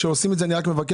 וכשעושים את זה, אני רק מבקש